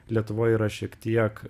lietuvoj yra šiek tiek